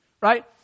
Right